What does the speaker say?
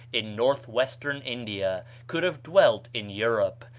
in northwestern india, could have dwelt in europe,